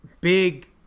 big